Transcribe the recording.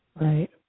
Right